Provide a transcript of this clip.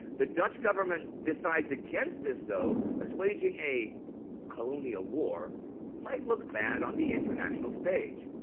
the dutch government decides against this though, as waging a colonial war might look bad on the international stage.